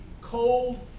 cold